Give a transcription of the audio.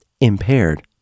impaired